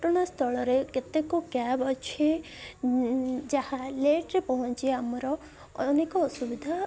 ପଟଣାସ୍ଥଳରେ କେତେକ କ୍ୟାବ ଅଛି ଯାହା ଲେଟ୍ରେ ପହଞ୍ଚି ଆମର ଅନେକ ଅସୁବିଧା